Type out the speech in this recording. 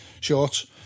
shorts